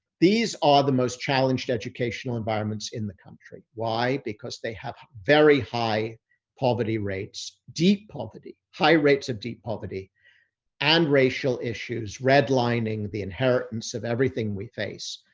these are the most challenged educational environments in the country. why? because they have very high poverty rates, deep poverty, high rates of deep poverty and racial issues red lining the inheritance of everything we face.